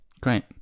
Great